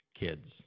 kids